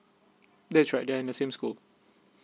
that's right they are in the same school